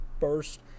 first